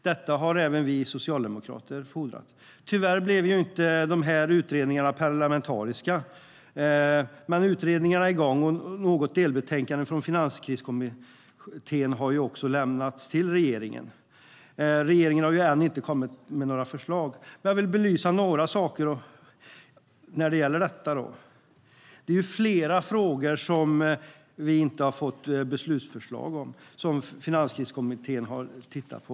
Detta har även vi socialdemokrater fordrat. Tyvärr blev inte de utredningarna parlamentariska, men utredningarna är i gång. Något delbetänkande från Finanskriskommittén har också lämnats till regeringen. Regeringen har ännu inte kommit med några förslag. Jag vill belysa några saker när det gäller detta. Det är flera frågor som vi inte har fått beslutsförslag om som Finanskriskommittén har tittat på.